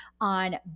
on